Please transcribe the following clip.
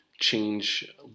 change